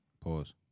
Pause